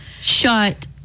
Shut